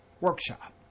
workshop